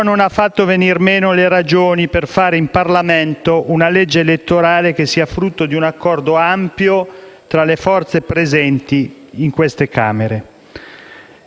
Le ragioni cui il Presidente della Repubblica ci ha spesso richiamato restano tutte in campo.